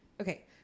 okay